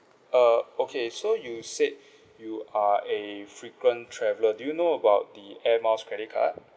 uh okay so you said you are a frequent traveler do you know about the Air Miles credit card